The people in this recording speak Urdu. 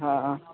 ہاں ہاں